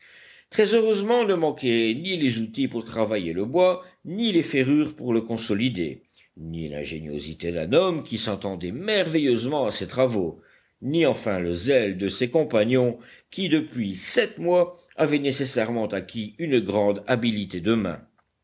très heureusement ne manquaient ni les outils pour travailler le bois ni les ferrures pour le consolider ni l'ingéniosité d'un homme qui s'entendait merveilleusement à ces travaux ni enfin le zèle de ses compagnons qui depuis sept mois avaient nécessairement acquis une grande habileté